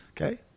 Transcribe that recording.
okay